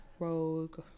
Rogue